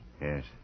Yes